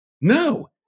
No